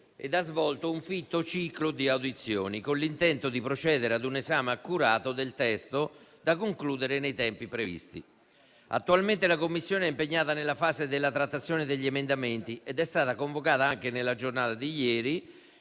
e ha svolto un fitto ciclo di audizioni con l'intento di procedere ad un esame accurato del testo da concludere nei tempi previsti. Attualmente la Commissione è impegnata nella fase della trattazione degli emendamenti ed è stata convocata anche nella giornata di ieri